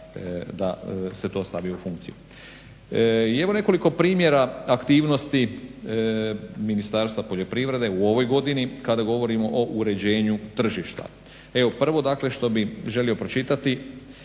da se to stavi u funkciju. I evo nekoliko primjera aktivnosti Ministarstva poljoprivrede u ovoj godini kada govorimo o uređenju tržišta. Evo prvo dakle što bih želio pročitati,